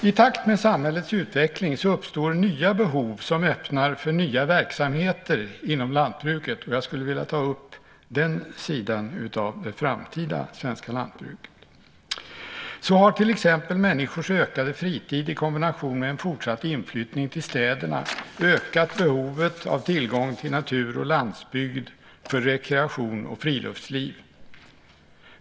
I takt med samhällets utveckling uppstår nya behov som öppnar för nya verksamheter inom lantbruket, och jag skulle vilja ta upp den sidan av det framtida svenska lantbruket. Så har till exempel människors ökade fritid i kombination med en fortsatt inflyttning till städerna ökat behovet av tillgång till natur och landsbygd för rekreation och friluftsliv.